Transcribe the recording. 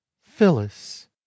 phyllis